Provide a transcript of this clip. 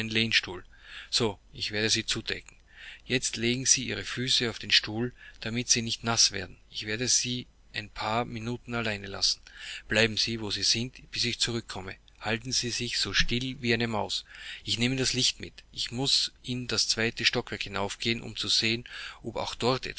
lehnstuhl so ich werde sie zudecken jetzt legen sie ihre füße auf den stuhl damit sie nicht naß werden ich werde sie ein paar minuten allein lassen bleiben sie wo sie sind bis ich zurückkomme halten sie sich so still wie eine maus ich nehme das licht mit jetzt muß ich in das zweite stockwerk hinaufgehen um zu sehen ob auch dort